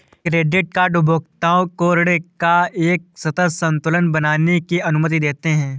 credit card उपभोक्ताओं को ऋण का एक सतत संतुलन बनाने की अनुमति देते हैं